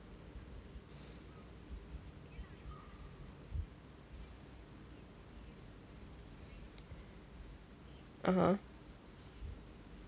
(uh huh)